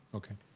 okay.